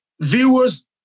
viewers